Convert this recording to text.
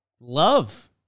Love